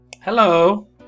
Hello